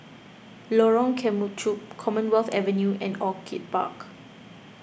Lorong Kemunchup Commonwealth Avenue and Orchid Park